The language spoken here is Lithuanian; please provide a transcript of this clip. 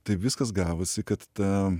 taip viskas gavosi kad ta